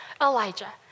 Elijah